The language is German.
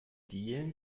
dielen